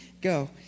Go